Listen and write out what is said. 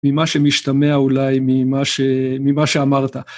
ממה שמשתמע אולי, ממה, ממה שאמרת.